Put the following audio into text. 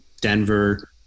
Denver